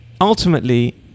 ultimately